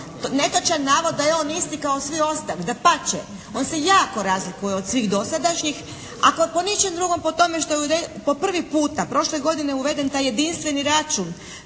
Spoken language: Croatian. netočan navod da je on isti kao svi ostali. Dapače, on se jako razlikuje od svih dosadašnjih, ako po ničem drugom po tome što je po prvi puta prošle godine uveden taj jedinstveni račun